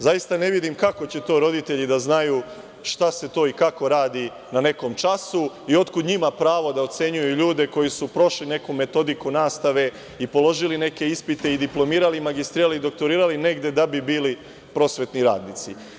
Zaista ne vidim kako će roditelji da znaju šta se to i kako radi na nekom času i otkud njima pravo da ocenjuju ljude koji su prošli neku metodiku nastave i položili neke ispite i magistrirali i doktorirali negde da bi bili prosvetni radnici.